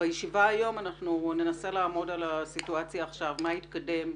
בישיבה היום אנחנו ננסה לעמוד על הסיטואציה ולראות מה התקדם,